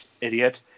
idiot